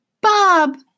Bob